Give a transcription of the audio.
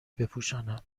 بپوشانم